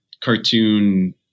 cartoon